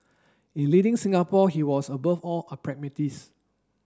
in leading Singapore he was above all a pragmatist